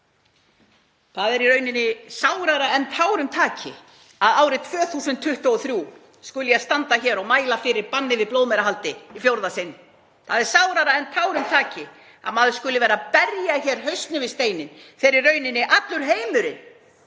Það er sárara en tárum taki að árið 2023 skuli ég standa hér og mæla fyrir banni við blóðmerahaldi í fjórða sinn. Það er sárara en tárum taki að maður skuli vera að berja hér hausnum við steininn þegar í rauninni allur heimurinn